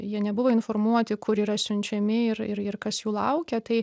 jie nebuvo informuoti kur yra siunčiami ir ir ir kas jų laukia tai